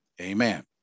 amen